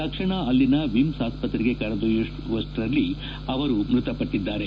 ತಕ್ಷಣ ಅಲ್ಲಿನ ವಿಮ್ಸ್ ಆಸ್ಪತ್ತೆಗೆ ಕರೆದೊಯ್ಯುವಷ್ಷರಲ್ಲಿ ಅವರು ಮೃತಪಟ್ಟಿದ್ದಾರೆ